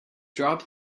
drop